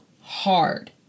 hard